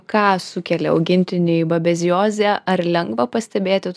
ką sukelia augintiniui babeziozė ar lengva pastebėti